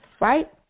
right